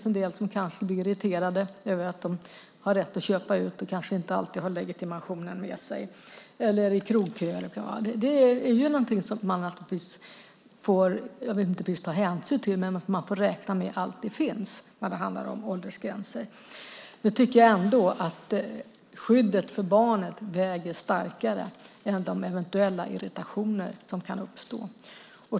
En del blir kanske irriterade över att de har rätt att köpa ut men kanske inte alltid har legitimationen med sig. Det kan också gälla krogköer. Sådant här får man kanske inte precis ta hänsyn till men räkna med alltid finns när det handlar om åldersgränser. Jag tycker ändå att skyddet för barnet väger tyngre än de eventuella irritationer som kan uppstå.